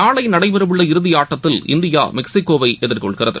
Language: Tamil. நாளைநடைபெறவுள்ள இறுதிஆட்டத்தில் இந்தியா மெக்ஸிகோவைஎதிர்கொள்கிறது